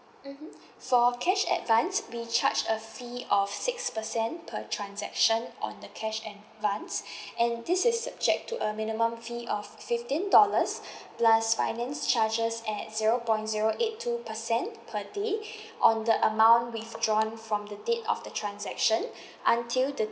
mmhmm for cash advance we charge a fee of six percent per transaction on the cash advance and this is subject to a minimum fee of fifteen dollars plus finance charges at zero point zero eight two percent per day on the amount withdrawn from the date of the transaction until the